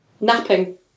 Napping